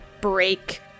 break